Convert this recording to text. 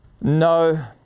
No